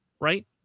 right